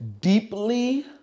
deeply